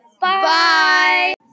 Bye